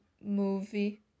movie